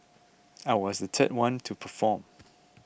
I was the third one to perform